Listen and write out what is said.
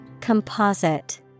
Composite